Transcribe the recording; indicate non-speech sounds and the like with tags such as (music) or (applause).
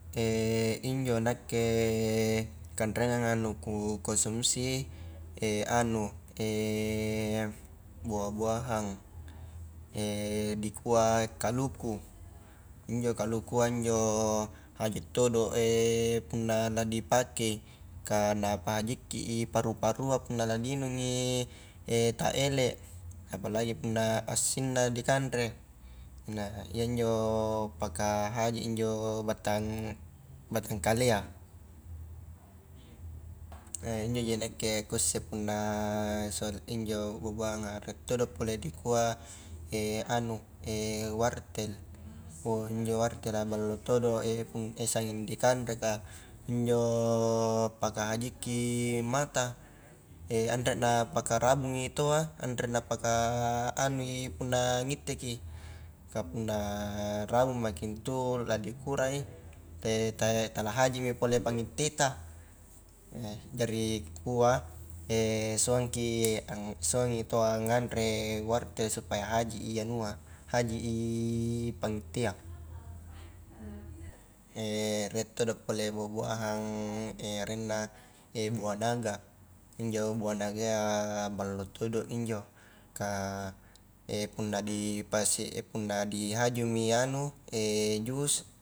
(hesitation) injo nakke kanreanganga na ku konsumsi (hesitation) anu (hesitation) buah-buahang, (hesitation) dikua kaluku injo kalua injo haji todo (hesitation) punna la dipakei kah napahajikki i paru-parua punna la diinungi (hesitation) ta ele apalagi punna assinna dikanre punna iya injo, paka haji i injo battang batangkalea (hesitation) injoji nakka kuisse punna sor injo buah-buahanga rie todo pole dikua (hesitation) anu (hesitation) wartel wo injo wartel a ballo todo (hesitation) sanging dikanre ka injo pakahajikki mata anre na pakarabungi taua anre napaka anui punna ngitteki kah punna rabung mki intu la dikurai (hesitation) tala hajimi pole pangitteta (hesitation) jari kua (hesitation) suangki (hesitation) suangi taua nganre wartel supaya haji i anua haji i pangittea (hesitation) rie todo pole buah-buahan (hesitation) arenna (hesitation) buah naga, injo buah naga ia ballo todo injo kah (hesitation) punna dipasi (hesitation) punna dihajumi anu (hesitation) jus.